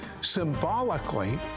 symbolically